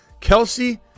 Kelsey